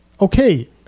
okay